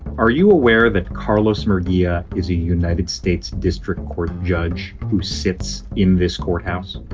are you aware that carlos murguia is a united states district court judge who sits in this courthouse?